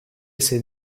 ese